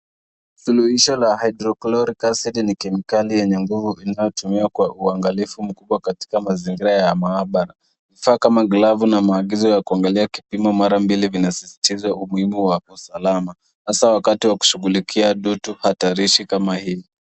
Suluhisho la hydrochloric acid ni kemikali yenye nguvu inayotumiwa kwa uangalifu mkubwa katika mazingira ya maabara vifaa kama glovu na maagizo ya kuangalia kipimo mara mbili vinasisitiza umuhimu wa usalama hasa wakati wa kushughulikia dutu hatarishi kama hii.